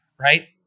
right